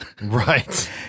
Right